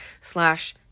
slash